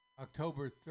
October